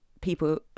people